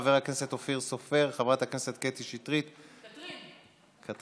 חבר הכנסת אופיר סופר וחברת הכנסת קטי קטרין שטרית.